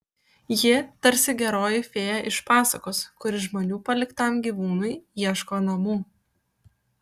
ji tarsi geroji fėja iš pasakos kuri žmonių paliktam gyvūnui ieško namų